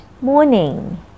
morning